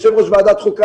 עם יושב ראש ועדת החוקה,